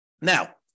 Now